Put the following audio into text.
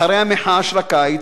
אחרי המחאה של הקיץ,